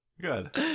Good